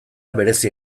berezia